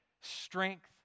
strength